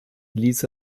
ließ